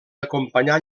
acompanyar